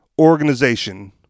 organization